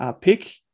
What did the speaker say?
pick